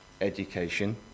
education